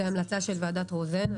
זו המלצה של ועדת רוזן.